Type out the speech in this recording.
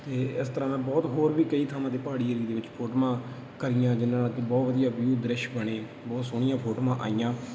ਅਤੇ ਇਸ ਤਰ੍ਹਾਂ ਨਾਲ ਬਹੁਤ ਹੋਰ ਵੀ ਕਈ ਥਾਵਾਂ 'ਤੇ ਪਹਾੜੀ ਏਰੀਏ ਦੇ ਵਿੱਚ ਫੋਟੋਆਂ ਕਰੀਆਂ ਜਿਨ੍ਹਾਂ ਨਾਲ ਕਿ ਬਹੁਤ ਵਧੀਆ ਵਿਊ ਦ੍ਰਿਸ਼ ਬਣੇ ਬਹੁਤ ਸੋਹਣੀਆਂ ਫੋਟੋਆਂ ਆਈਆਂ